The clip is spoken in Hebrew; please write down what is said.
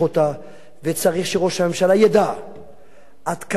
וצריך שראש הממשלה ידע עד כמה זה בוער,